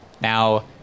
now